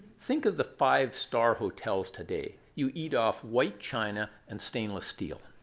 think of the five-star hotels today. you eat off white china and stainless steel.